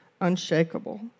unshakable